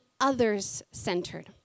others-centered